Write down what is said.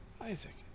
Isaac